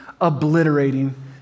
obliterating